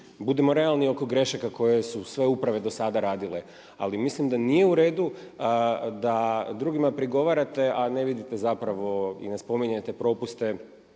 budemo realni oko grešaka koje su sve uprave do sada radile, ali mislim da nije u redu da drugima prigovarate, a ne vidite zapravo i ne spominjete propuste